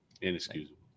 Inexcusable